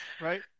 Right